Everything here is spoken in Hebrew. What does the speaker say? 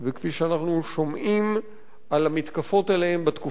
שומעים על המתקפות עליהן בתקופה האחרונה.